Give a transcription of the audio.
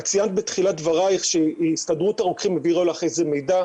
ציינת בתחילת דברייך שמהסתדרות הרופאים העבירו לך מידע,